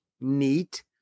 neat